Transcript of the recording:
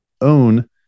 own